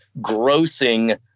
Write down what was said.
grossing